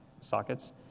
sockets